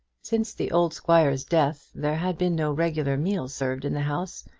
since the old squire's death there had been no regular meal served in the house,